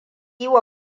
yiwa